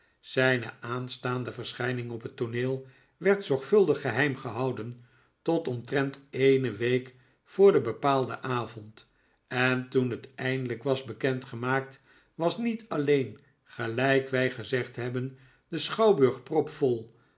zijne aanstaande verschijning op het tooneel werd zorgvuldig geheim gehouden tot omtrent eene week voor den bepaalden avond en toen het eindelijk was bekend gemaakt was niet alleen gelijk wij gezegd hebben de schouwburg propvol